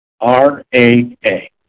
R-A-A